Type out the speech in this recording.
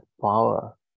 power